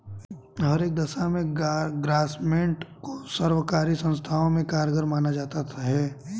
हर एक दशा में ग्रास्मेंट को सर्वकारी संस्थाओं में कारगर माना जाता है